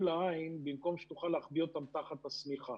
לעין במקום שהיא תוכל להחביא אותם תחת שמיכה.